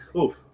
oof